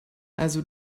also